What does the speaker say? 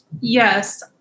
Yes